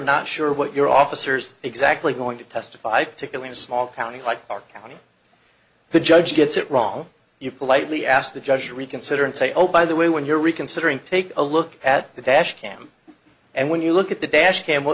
not sure what your officers exactly going to testify particularly a small county like our county the judge gets it wrong you politely ask the judge to reconsider and say oh by the way when you're reconsidering take a look at the dash cam and when you look at the dash cam